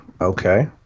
Okay